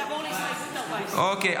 תעבור להסתייגות 14. אוקיי,